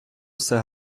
все